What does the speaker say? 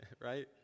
right